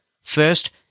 First